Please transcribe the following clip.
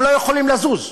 הם לא יכולים לזוז,